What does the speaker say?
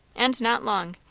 and not long.